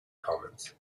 commons